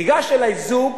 ניגש אלי זוג